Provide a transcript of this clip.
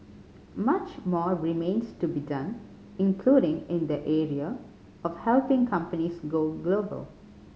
much more remains to be done including in the area of helping companies go global